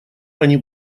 они